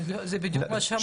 זה בדיוק מה שאמרתי.